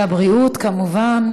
והבריאות, כמובן.